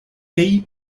pays